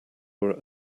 were